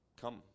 come